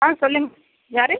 ஆ சொல்லுங்க யார்